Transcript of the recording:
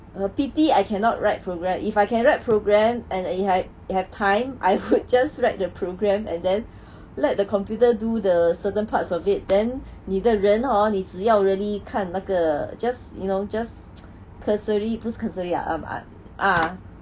err pity I cannot write programs if I can write program and if had if had time I would just write the program and then let the computer do the certain parts of it then 你的人 hor 你只要 really 看那个 just you know just cursory 不是 cursory ah um I